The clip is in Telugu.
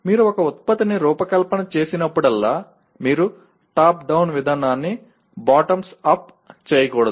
మీరు ఒక ఉత్పత్తిని రూపకల్పన చేసినప్పుడల్లా మీరు టాప్ డౌన్ విధానాన్ని బాటమ్స్ అప్ చేయకూడదు